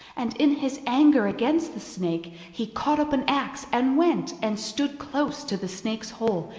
and in his anger against the snake he caught up an axe and went and stood close to the snake's hole,